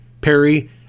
Perry